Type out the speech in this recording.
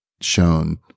shown